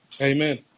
amen